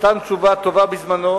נתן תשובה טובה בזמנו,